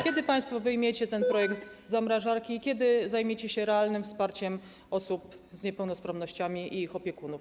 Kiedy państwo wyjmiecie ten projekt z zamrażarki i kiedy zajmiecie się realnym wsparciem osób z niepełnosprawnościami i ich opiekunów?